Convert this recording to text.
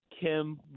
Kim